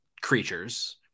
creatures